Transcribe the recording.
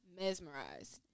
mesmerized